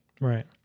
right